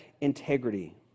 integrity